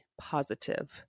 positive